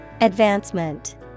Advancement